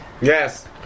Yes